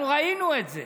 אנחנו ראינו את זה